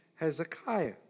Hezekiah